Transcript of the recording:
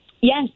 Yes